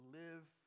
live